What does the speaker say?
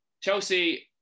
Chelsea